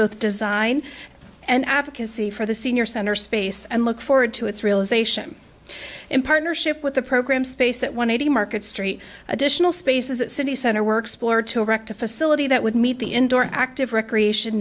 both design and advocacy for the senior center space and look forward to its realisation in partnership with the program space at one hundred market street additional spaces at city center works floor to erect a facility that would meet the indoor active recreation